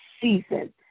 season